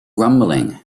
rumbling